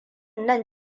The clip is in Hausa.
nan